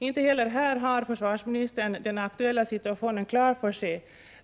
Inte heller här har försvarsministern den aktuella situationen klar för sig.